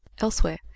elsewhere